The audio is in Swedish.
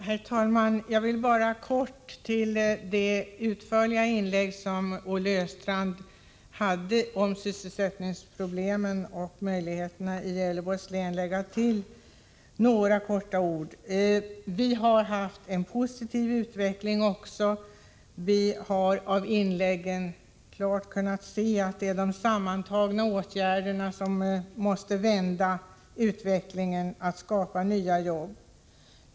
Herr talman! Jag vill i anslutning till det utförliga inlägg som Olle Östrand gjorde om sysselsättningsproblemen och möjligheterna i Gävleborgs län bara lägga till några få ord. Det har också varit en positiv utveckling i länet. Av inläggen här har det klart framgått att det är de sammantagna åtgärderna som måste vända utvecklingen för att nya jobb skall skapas.